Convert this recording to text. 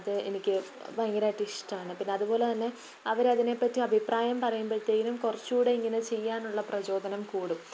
അത് എനിക്ക് ഭയങ്കരമായിട്ട് ഇഷ്ടമാണ് പിന്നെയതുപോലെത്തന്നെ അവരതിനെപ്പറ്റി അഭിപ്രായം പറയുമ്പോഴത്തേനും കുറച്ചുകൂടെ ഇങ്ങനെ ചെയ്യാനുള്ള പ്രചോദനം കൂടും